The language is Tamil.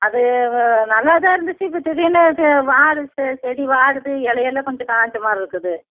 அது நல்லாதான் இருந்துச்சு இப்போ திடிர்னு இது வாடி செடி வாடுது இலையெல்லாம் கொஞ்சம் காஞ்ச மாதிரி இருக்குது